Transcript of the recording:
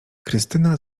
krystyna